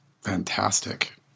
fantastic